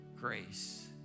grace